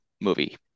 movie